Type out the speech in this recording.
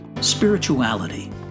Spirituality